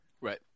Right